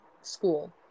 School